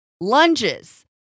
lunges